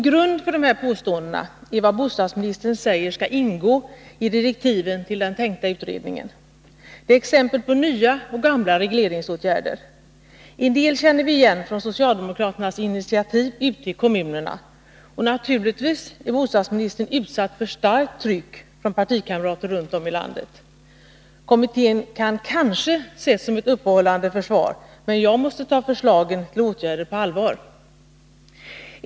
Grunden för dessa mina påståenden är det som bostadsministern säger skall ingå i direktiven till den tänkta utredningen. Det är exempel på nya och gamla regleringsåtgärder. En del känner vi igen från socialdemokraternas initiativ ute i kommunerna. Naturligtvis är bostadsministern utsatt för starkt tryck från partikamrater runt om i landet. Kommittén kan kanske ses som ett uppehållande försvar, men jag måste ta förslagen till åtgärder på allvar.